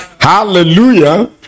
Hallelujah